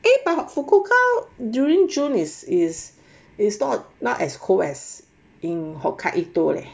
feh but fukuoka during june is is is not not as cold as in hokkaido leh